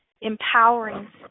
empowering